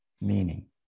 meaning